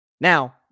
Now